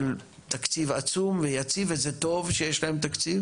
של תקציב עצום ויציב וזה טוב שיש להם תקציב,